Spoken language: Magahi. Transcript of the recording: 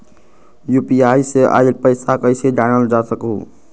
यू.पी.आई से आईल पैसा कईसे जानल जा सकहु?